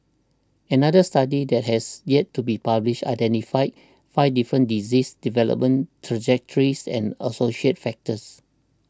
another study that has yet to be published identified five different disease development trajectories and associated factors